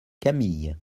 camille